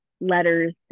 letters